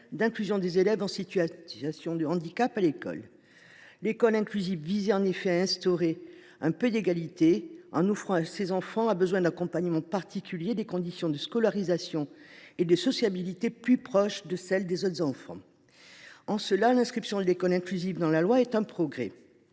d’inclusion des élèves en situation de handicap à l’école. L’école inclusive vise en effet à instaurer un peu d’égalité en offrant à ces enfants, dont le besoin d’accompagnement est particulier, des conditions de scolarisation et de sociabilité plus proches de celles des autres enfants. En cela, l’inscription de l’idée d’école inclusive dans la loi est un progrès.